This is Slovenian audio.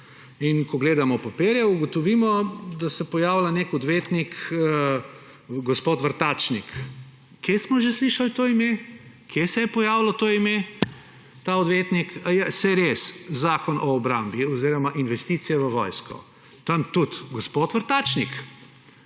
In ko gledamo papirje, ugotovimo, da se pojavlja nek odvetnik gospod Vrtačnik. Kje smo že slišali to ime? Kje se je pojavilo ime tega odvetnika? Aja, saj res, Zakon o obrambi oziroma investicije v vojsko. Tam tudi gospod Vrtačnik,